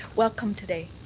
welcome today.